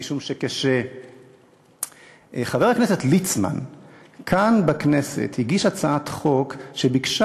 משום שכשחבר הכנסת ליצמן הגיש כאן בכנסת הצעת חוק שביקשה